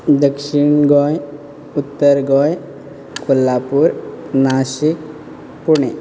दक्षीण गोंय उत्तर गोंय कोल्हापूर नाशीक पुणे